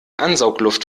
ansaugluft